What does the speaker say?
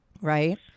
Right